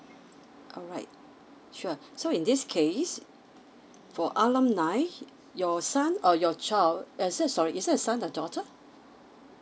alright sure so in this case for alumni your son or your child uh so sorry is this a son or daughter